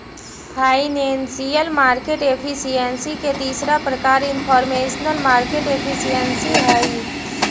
financial market efficiency के तीसरा प्रकार इनफॉरमेशनल मार्केट एफिशिएंसी हइ